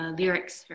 lyrics